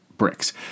bricks